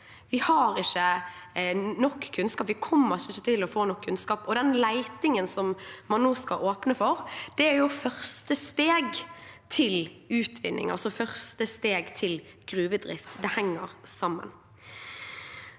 Vi har ikke nok kunnskap, og vi kommer ikke til å få nok kunnskap. Den letingen som man nå skal åpne for, er første steg til utvinning, altså første steg til gruvedrift – det henger sammen.